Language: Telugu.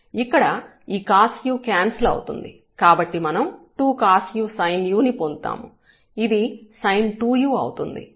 ఇక్కడ ఈ cosu క్యాన్సిల్ అవుతుంది కాబట్టి మనం 2 cosu sinu ని పొందుతాము ఇది sin2u అవుతుంది